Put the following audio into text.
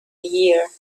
year